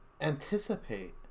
anticipate